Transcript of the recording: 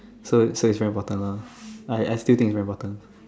so so it's very important lah I I still think it's very important